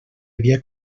havia